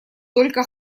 только